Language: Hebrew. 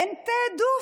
אין תיעדוף.